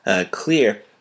clear